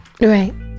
right